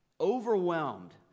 Overwhelmed